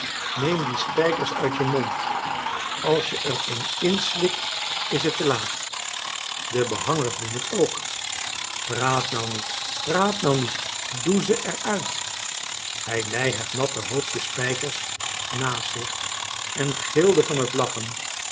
neem die spijkers uit je mond als je er een inslikt is het te laat de behangers doen het ook praat nou niet praat nou niet toe doe ze er uit hij lei het natte hoopje spijkers naast zich en gilde van t lachen